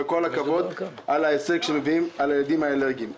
וכל הכבוד על ההישג שמביאים תקציב לילדים עם האלרגיות.